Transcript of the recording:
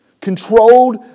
controlled